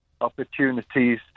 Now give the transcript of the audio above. opportunities